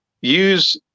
use